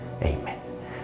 Amen